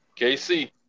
KC